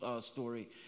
story